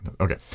okay